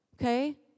Okay